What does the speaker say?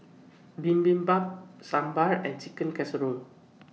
Bibimbap Sambar and Chicken Casserole